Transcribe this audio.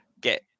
get